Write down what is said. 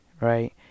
right